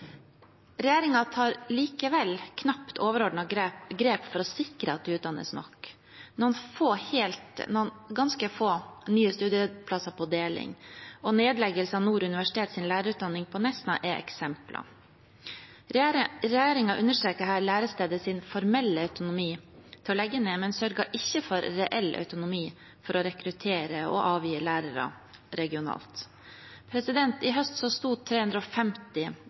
tar likevel knapt overordnet grep for å sikre at det utdannes nok. Noen ganske få nye studieplasser på deling og nedleggelse av Nord universitets lærerutdanning på Nesna er eksempler. Regjeringen understreker her lærestedets formelle autonomi til å legge ned, men sørger ikke for reell autonomi til å rekruttere og avgi lærere regionalt. I høst sto 350